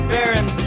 Baron